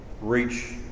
reach